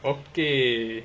okay